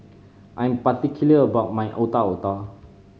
I am particular about my Otak Otak